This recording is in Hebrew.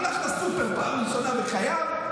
הלך לסופר פעם ראשונה בחייו,